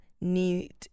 need